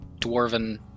Dwarven